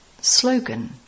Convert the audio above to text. Slogan